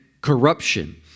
corruption